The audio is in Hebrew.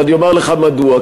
ואני אומר לך מדוע,